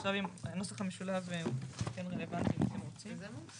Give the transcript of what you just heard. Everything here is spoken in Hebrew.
עכשיו הנוסח המשולב הוא כן רלוונטי אם אתם רוצים.